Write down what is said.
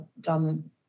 done